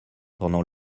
pendant